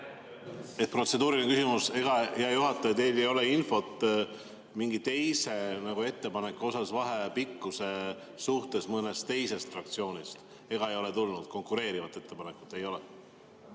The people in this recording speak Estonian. Protseduuriline küsimus. Hea juhataja, ega teil ei ole infot mingi teise ettepaneku kohta vaheaja pikkuse suhtes mõnest teisest fraktsioonist? Ega ei ole tulnud konkureerivat ettepanekut? Praegu